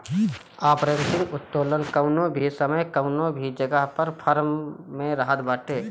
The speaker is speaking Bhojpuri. आपरेटिंग उत्तोलन कवनो भी समय कवनो भी जगह हर फर्म में रहत बाटे